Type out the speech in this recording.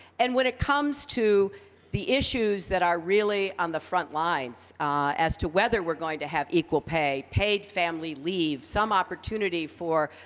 and when it comes to the issues that are really on the front lines as to whether we're going to have equal pay, paid family leave, some opportunity for,